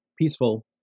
peaceful